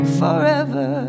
forever